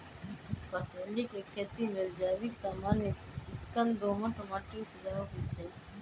कसेलि के खेती लेल जैविक समान युक्त चिक्कन दोमट माटी उपजाऊ होइ छइ